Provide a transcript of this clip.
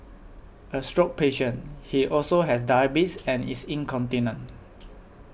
a stroke patient he also has diabetes and is incontinent